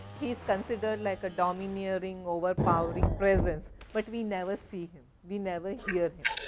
he is considered like a domineering, over powering presence, but we never see him, we never hear him,